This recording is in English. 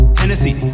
Hennessy